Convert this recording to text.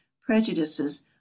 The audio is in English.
prejudices